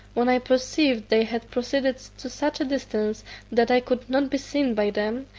when i perceived they had proceeded to such a distance that i could not be seen by them,